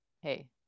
hey